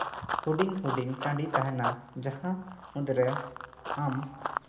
ᱦᱩᱰᱤᱧᱼᱦᱩᱰᱤᱧ ᱴᱟᱺᱰᱤ ᱛᱟᱦᱮᱱᱟ ᱡᱟᱦᱟᱸ ᱢᱩᱫᱽᱨᱮ ᱟᱢ